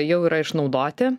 jau yra išnaudoti